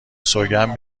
سوگند